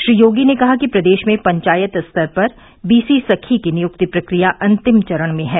श्री योगी ने कहा कि प्रदेश में पंचायत स्तर पर बीसी सखी की नियुक्ति प्रक्रिया अंतिम चरण में है